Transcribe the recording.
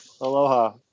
Aloha